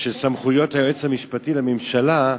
סמכויות היועץ המשפטי לממשלה,